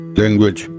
language